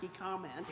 comment